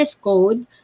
code